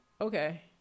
Okay